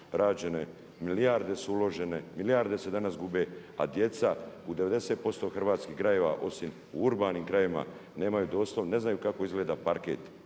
milijarde su uložene, milijarde se danas gube, a djeca u 90% hrvatskih krajeva osim u urbanim krajevima nemaju doslovno, ne znaju kako izgleda parket